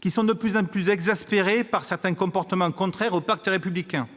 qui sont de plus en plus exaspérés par certains comportements contraires au pacte républicain.